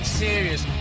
serious